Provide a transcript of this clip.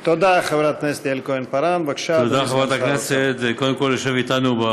תודה, חברת הכנסת יעל כהן-פארן.